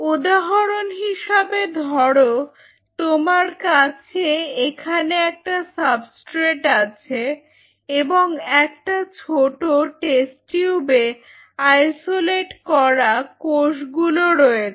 উদাহরন হিসাবে ধরো তোমার কাছে এখানে একটা সাবস্ট্রেট আছে এবং একটা ছোট টেস্ট টিউবে আইসোলেট করা কোষগুলো রয়েছে